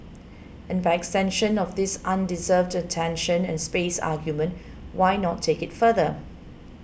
and by extension of this undeserved attention and space argument why not take it further